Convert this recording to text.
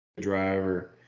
driver